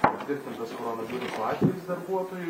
patvirtintas koronaviruso atvejis darbuotojui